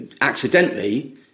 accidentally